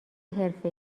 حرفه